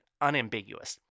unambiguous